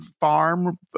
farm